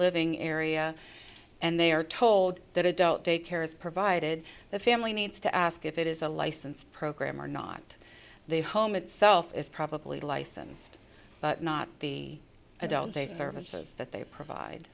living area and they are told that adult day care is provided the family needs to ask if it is a licensed program or not the home itself is probably licensed but not the adult day services that they provide